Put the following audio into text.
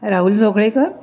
Rahul Joglekar